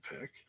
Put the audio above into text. pick